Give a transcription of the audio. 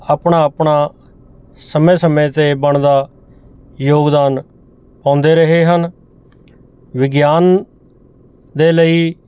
ਆਪਣਾ ਆਪਣਾ ਸਮੇਂ ਸਮੇਂ 'ਤੇ ਬਣਦਾ ਯੋਗਦਾਨ ਪਾਉਂਦੇ ਰਹੇ ਹਨ ਵਿਗਿਆਨ ਦੇ ਲਈ